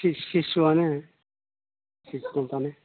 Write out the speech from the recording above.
सिसुआनो सिसु दंफाङानो